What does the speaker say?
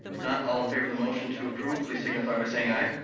not, all in favor of the motion to approve, please signify by saying aye.